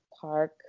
park